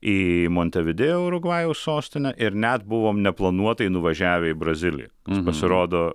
į montevidėjo urugvajaus sostinę ir net buvome neplanuotai nuvažiavę į braziliją pasirodo